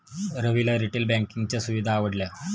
रविला रिटेल बँकिंगच्या सुविधा आवडल्या